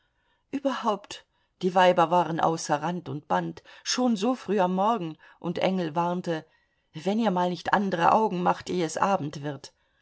überhaupt die weiber waren außer rand und band schon so früh am morgen und engel warnte wenn ihr mal nicht andre augen macht eh es abend wird